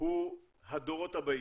הוא הדורות הבאים,